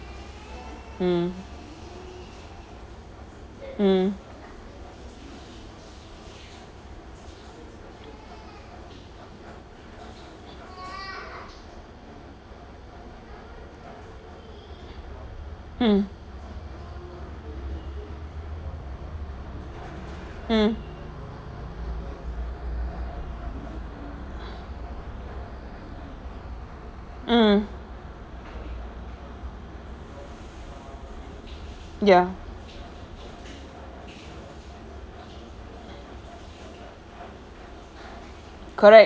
mm mm mm mm mm ya correct